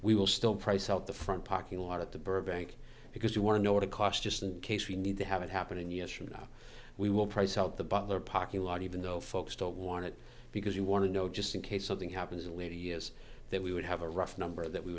we will still price out the front parking lot of the burbank because you want to know what it costs just in case we need to have it happen in years from now we will price out the butler parking lot even though folks don't want it because you want to know just in case something happens in later years that we would have a rough number that we